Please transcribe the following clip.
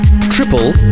triple